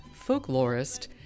folklorist